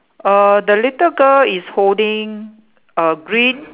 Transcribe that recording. err the little girl is holding a green